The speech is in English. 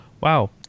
Wow